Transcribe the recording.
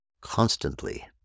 constantly